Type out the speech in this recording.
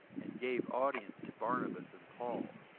and gave audience to barnabas and paul,